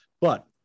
But-